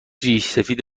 ریشسفید